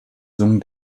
sun